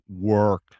work